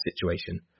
situation